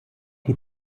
die